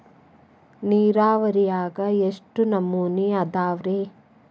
ನೇರಾವರಿಯಾಗ ಎಷ್ಟ ನಮೂನಿ ಅದಾವ್ರೇ?